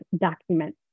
document